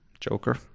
Joker